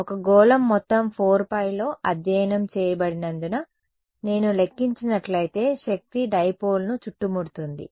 ఒక గోళం మొత్తం 4πలో అధ్యయనం చేయబడినందున నేను లెక్కించినట్లయితే శక్తి డైపోల్ ను చుట్టుముడుతుంది